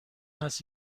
است